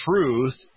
truth